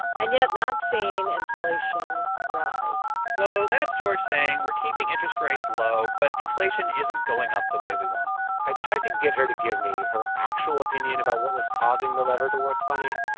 and yet, not seen inflation rise so that's george saying, we're keeping interest rates low, but inflation isn't going up the way we want i tried to get her to give me her actual opinion about what was causing the lever to work funny.